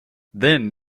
then